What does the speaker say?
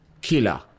killer